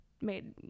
made